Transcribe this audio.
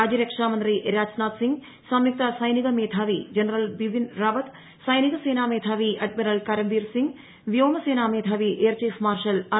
രാജ്യരക്ഷാം മന്ത്രി രാജ്നാഥ് സിങ് സംയുക്ത സൈനിക മേധാവി ജനറൽ ബിപിൻ റാവത്ത് നാവിക സേനാ മേധാവി അഡ്മിറൽ കരംബീർ സിങ് വ്യോമസേനാ മേധാവി എയർ ചീഫ് മാർഷൽ ആർ